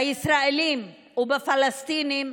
בישראלים ובפלסטינים,